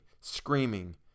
screaming